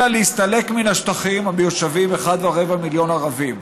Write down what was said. אלא להסתלק מן השטחים המיושבים 1.25 מיליון ערבים,